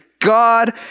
God